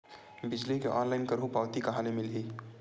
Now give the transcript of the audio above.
बिजली के ऑनलाइन करहु पावती कहां ले मिलही?